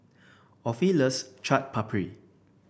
Offie loves Chaat Papri